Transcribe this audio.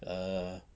err